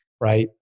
right